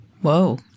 Whoa